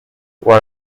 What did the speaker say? what